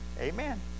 Amen